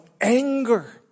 anger